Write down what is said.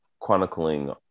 chronicling